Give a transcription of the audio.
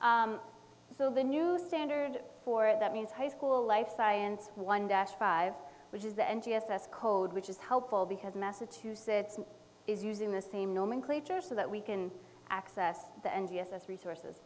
so the new standard for it that means high school life science one dash five which is the n g s us code which is helpful because massachusetts is using the same nomenclature so that we can access the n g s as resources